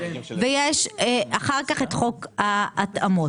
ויש אחר כך את חוק ההתאמות.